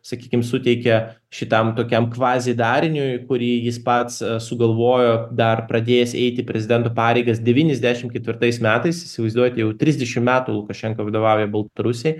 sakykim suteikė šitam tokiam kvazi dariniui kurį jis pats sugalvojo dar pradėjęs eiti prezidento pareigas devyniasdešimt ketvirtais metais įsivaizduojat jau trisdešim metų lukašenka vadovauja baltarusijai